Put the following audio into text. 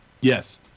Yes